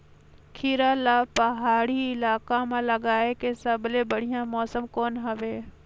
खीरा ला पहाड़ी इलाका मां लगाय के सबले बढ़िया मौसम कोन हवे?